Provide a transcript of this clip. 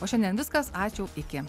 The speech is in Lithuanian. o šiandien viskas ačiū iki